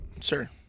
Sir